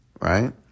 Right